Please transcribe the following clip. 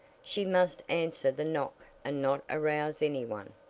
she must answer the knock and not arouse any one.